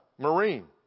Marine